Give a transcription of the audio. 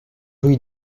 rue